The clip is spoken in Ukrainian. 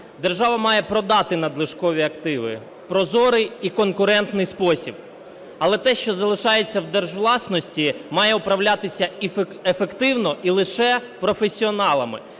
Держава має продати надлишкові активи в прозорий і конкурентний спосіб. Але те, що залишається в держвласності, має управлятися ефективно і лише професіоналами,